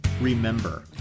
Remember